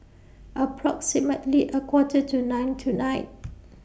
approximately A Quarter to nine tonight